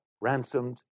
ransomed